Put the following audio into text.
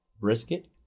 brisket